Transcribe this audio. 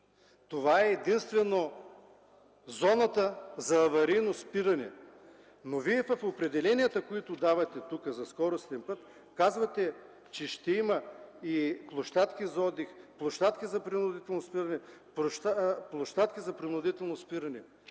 Това е единствено зоната за аварийно спиране. В определенията, които давате за скоростен път, казвате, че ще има площадки за отдих, площадки за принудително спиране. Разбирате ли, че